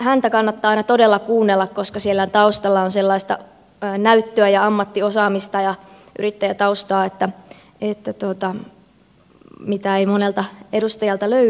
häntä kannattaa aina todella kuunnella koska siellä taustalla on sellaista näyttöä ja ammattiosaamista ja yrittäjätaustaa mitä ei monelta edustajalta löydy